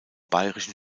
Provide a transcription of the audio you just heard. bayerischen